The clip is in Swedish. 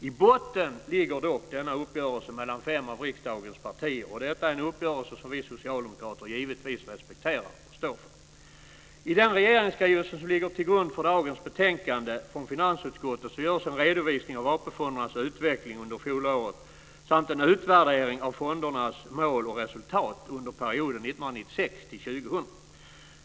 I botten ligger dock denna uppgörelse mellan fem av riksdagens partier, och detta är en uppgörelse som vi socialdemokrater givetvis respekterar och står för. I den regeringsskrivelse som ligger till grund för dagens betänkande från finansutskottet görs en redovisning av AP-fondernas utveckling under fjolåret samt en utvärdering av fondernas mål och resultat under perioden 1996-2000.